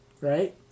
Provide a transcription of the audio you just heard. right